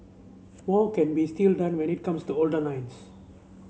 more can be still done when it comes to older lines